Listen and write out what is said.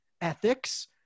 ethics